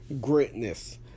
greatness